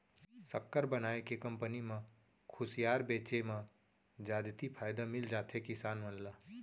सक्कर बनाए के कंपनी म खुसियार बेचे म जादति फायदा मिल जाथे किसान मन ल